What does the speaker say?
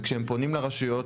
וכשהם פונים לרשויות